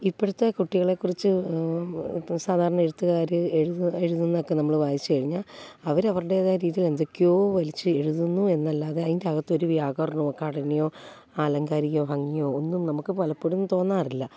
ഇപ്പോഴത്തെ കുട്ടികളെക്കുറിച്ച് ഇപ്പോൾ സാധാരണ എഴുത്തുകാർ എഴുതു എഴുതുന്നതൊക്കെ നമ്മൾ വായിച്ചു കഴിഞ്ഞ അവർ അവരുടേതായ രീതിയിൽ എന്തൊക്കെയോ വലിച്ച് എഴുതുന്നു എന്നല്ലാതെ അതിൻ്റെ അകത്തൊരു വ്യാകരണമോ ഘടനയോ ആലങ്കാരികതയോ ഭംഗിയോ ഒന്നും നമുക്ക് പലപ്പോഴും തോന്നാറില്ല